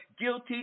guilty